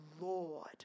Lord